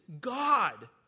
God